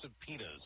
subpoenas